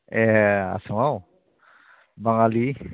ए आसामाव बाङालि